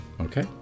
okay